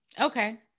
okay